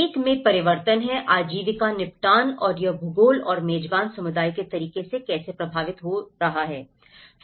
एक में परिवर्तन है आजीविका निपटान और यह भूगोल और मेजबान समुदाय के तरीके से कैसे प्रभावित होता है रहता है